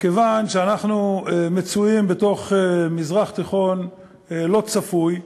כיוון שאנחנו מצויים בתוך מזרח תיכון לא צפוי,